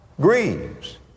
Grieves